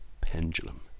pendulum